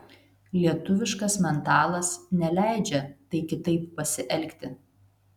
lietuviškas mentalas neleidžia tai kitaip pasielgti